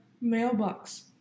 mailbox